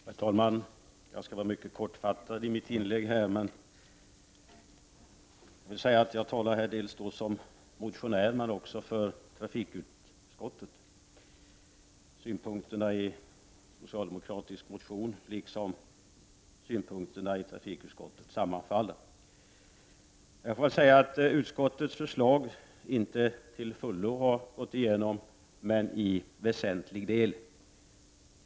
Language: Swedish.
Herr talman! Jag skall vara mycket kortfattad i mitt inlägg här. Jag talar dels som motionär, dels för trafikutskottet. Synpunkterna i en socialdemo kratisk motion sammanfaller med trafikutskottets, och jag får väl säga att trafikutskottets synpunkter inte till fullo men i väsentlig del har vunnit gehör hos justitieutskottet.